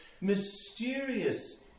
mysterious